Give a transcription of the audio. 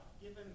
Given